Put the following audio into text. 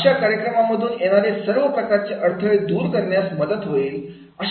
अशे कार्यक्रमांमधून येणारे सर्व प्रकारच्या अडथळे दूर करण्यास मदत होईल